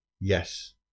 yes